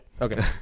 Okay